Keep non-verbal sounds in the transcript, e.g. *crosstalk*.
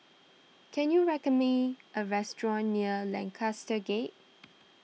can you record me a restaurant near Lancaster Gate *noise*